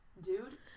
Dude